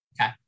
Okay